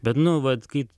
bet nu vat kai